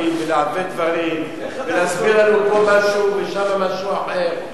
ולעבד דברים ולהסביר לנו פה משהו ושם משהו אחר.